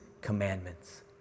commandments